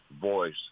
voice